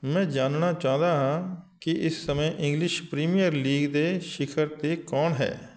ਮੈਂ ਜਾਣਨਾ ਚਾਹੁੰਦਾ ਹਾਂ ਕਿ ਇਸ ਸਮੇਂ ਇੰਗਲਿਸ਼ ਪ੍ਰੀਮੀਅਰ ਲੀਗ ਦੇ ਸਿਖਰ 'ਤੇ ਕੌਣ ਹੈ